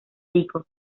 pico